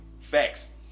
Facts